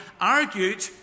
argued